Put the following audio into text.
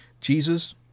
Jesus